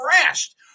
crashed